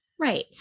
Right